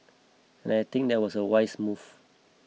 and I think that was a wise move